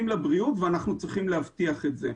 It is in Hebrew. לבריאות ואנחנו צריכים להבטיח את זה.